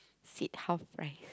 seat half price